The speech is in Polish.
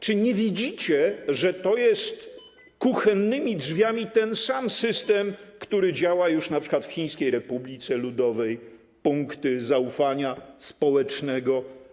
Czy nie widzicie, że to jest wprowadzany kuchennymi drzwiami ten sam system, który działa już np. w Chińskiej Republice Ludowej, punkty zaufania społecznego?